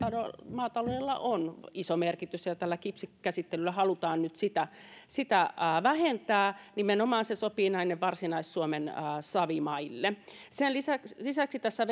maataloudella on iso merkitys ja ja tällä kipsikäsittelyllä halutaan sitä sitä nyt vähentää nimenomaan se sopii näille varsinais suomen savimaille sen lisäksi sen lisäksi tässä